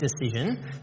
decision